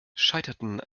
scheiterten